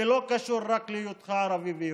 ולא קשור רק להיותך ערבי או יהודי,